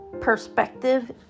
perspective